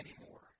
anymore